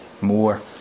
more